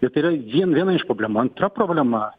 ir tai yra vien viena iš problemų antra problema